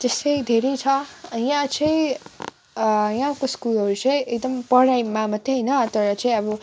त्यस्तै धेरै छ यहाँ कुम्दिनी यहाँको स्कुलहरू कुम्दिनी एकदम पढाइमा मात्रै होइन तर चाहिँ अब